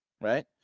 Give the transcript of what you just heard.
Right